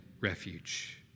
refuge